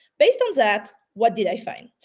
based on that, what did i find?